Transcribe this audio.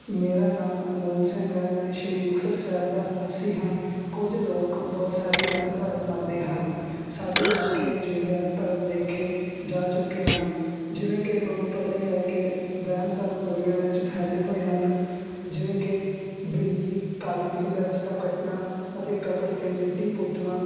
ਮੇਰਾ ਨਾਮ ਅਨਮੋਲ ਸਿੰਘ ਹੈ ਮੈਂ ਸ਼੍ਰੀ ਮੁਕਤਸਰ ਸਾਹਿਬ ਦਾ ਨਿਵਾਸੀ ਹਾਂ ਕੁਝ ਲੋਕ ਬਹੁਤ ਸਾਰੇ ਵਹਿਮ ਭਰਮ ਮੰਨਦੇ ਹਨ ਸਾਡੇ ਇਲਾਕੇ ਵਿੱਚ ਵਹਿਮ ਭਰਮ ਦੇਖੇ ਜਾ ਚੁੱਕੇ ਹਨ ਜਿਵੇਂ ਕਿ ਤੁਹਾਨੂੰ ਪਤਾ ਹੀ ਹੈ ਕਿ ਵਹਿਮ ਭਰਮ ਦੁਨੀਆਂ ਵਿੱਚ ਫੈਲੇ ਹੋਏ ਹਨ ਜਿਵੇਂ ਕਿ ਬਿੱਲੀ ਕਾਲੀ ਬਿੱਲੀ ਦਾ ਰਸਤਾ ਕੱਟਣਾ ਅਤੇ ਕਬਰ 'ਤੇ ਮਿੱਟੀ ਪੁੱਟਣਾ